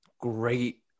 Great